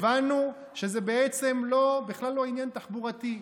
הבנו שזה בעצם בכלל לא עניין תחבורתי,